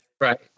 right